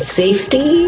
safety